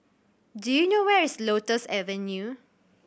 do you know where is Lotus Avenue